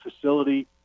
facility